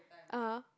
(uh huh)